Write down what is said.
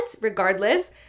regardless